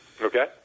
Okay